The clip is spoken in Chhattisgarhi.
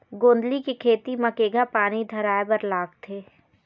गोंदली के खेती म केघा पानी धराए बर लागथे?